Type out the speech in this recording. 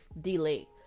delay